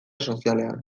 sozialean